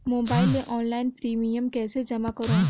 Mobile ले online premium कइसे जमा करों?